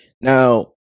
Now